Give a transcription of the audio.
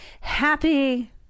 happy